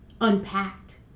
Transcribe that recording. unpacked